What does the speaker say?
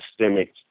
systemic